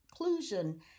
inclusion